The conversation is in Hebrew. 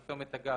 פרסומת אגב,